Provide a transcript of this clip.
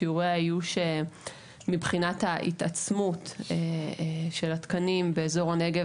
שיעורי האיוש מבחינת ההתעצמות של התקנים באזור הנגב